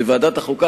בוועדת החוקה,